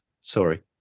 Sorry